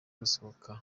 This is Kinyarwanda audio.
gusohoka